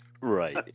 Right